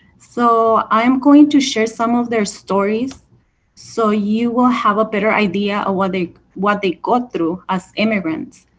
so i am going to share some of their stories so you will have a better idea of what they what they go through as immigrants.